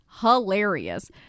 hilarious